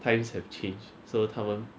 times have changed so 他们